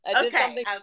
okay